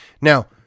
Now